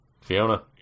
Fiona